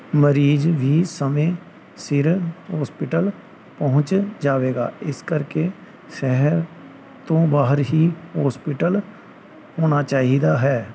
ਮਰੀਜ਼ ਵੀ ਸਮੇਂ ਸਿਰ ਹੋਸਪਿਟਲ ਪਹੁੰਚ ਜਾਵੇਗਾ ਇਸ ਕਰਕੇ ਸਹਿਰ ਤੋਂ ਬਾਹਰ ਹੀ ਹੋਸਪਿਟਲ ਹੋਣਾ ਚਾਹੀਦਾ ਹੈ